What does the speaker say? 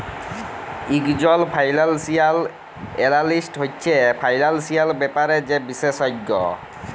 ইকজল financial analyst হছে financial ব্যাপারে যে বিশেষজ্ঞ